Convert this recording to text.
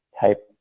type